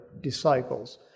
disciples